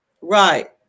Right